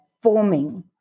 forming